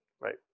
Right